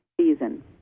season